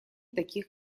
таких